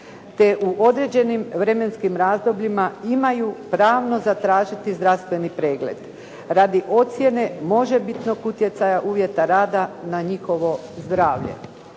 te u određenim vremenskim razdobljima imaju pravno zatražiti zdravstveni pregled radi ocjene možebitnog utjecaja uvjeta rada na njihovo zdravlje.